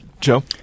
Joe